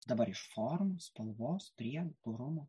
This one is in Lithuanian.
dabar iš formos spalvos priedų purumo